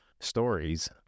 stories